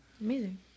Amazing